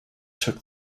took